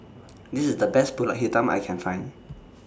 This IS The Best Pulut Hitam I Can Find